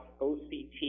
OCT